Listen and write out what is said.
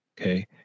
Okay